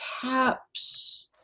taps